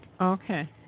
Okay